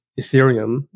Ethereum